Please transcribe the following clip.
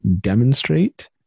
demonstrate